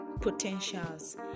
potentials